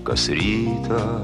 kas rytą